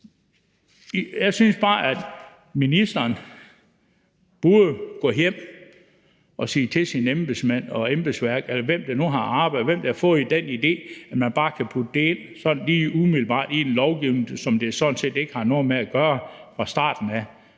Jeg synes bare, at ministeren burde gå hjem til sine embedsmand og sit embedsværk, eller hvem der nu har arbejdet med det eller fået den idé, at man bare kan putte det ind sådan lige umiddelbart i et lovforslag, som sådan set ikke har noget med det at gøre fra starten af,